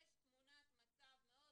יש תמונת מצב מאוד